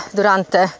durante